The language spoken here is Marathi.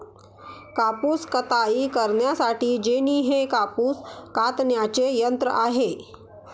कापूस कताई करण्यासाठी जेनी हे कापूस कातण्याचे यंत्र आहे